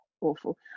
awful